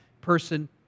person